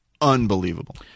unbelievable